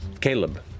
Caleb